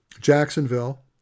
Jacksonville